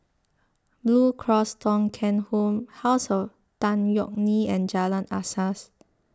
Blue Cross Thong Kheng Home House of Tan Yeok Nee and Jalan Asas